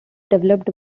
developed